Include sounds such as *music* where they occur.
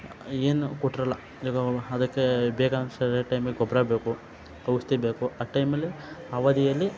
ಏನು ಕೊಟ್ರಲ್ಲ ಇದು ಅದಕ್ಕೆ *unintelligible* ಸರಿಯಾದ ಟೈಮಿಗೆ ಗೊಬ್ಬರ ಬೇಕು ಔಷ್ದಿ ಬೇಕು ಆ ಟೈಮಲ್ಲಿ ಅವಧಿಯಲ್ಲಿ